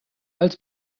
als